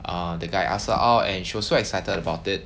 err the guy ask her out and she was so excited about it